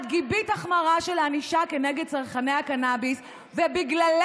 את גיבית החמרה של הענישה כנגד צרכני הקנביס ובגללך,